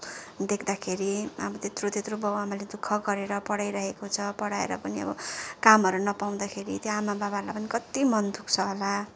देख्दाखेरि अब त्यत्रो त्यत्रो बाउआमाले दु ख गरेर पढाइ राखेको छ पढाएर पनि अब कामहरू नपाउदाखेरि त्यो आमा बाबालाई पनि कति मन दुख्छ होला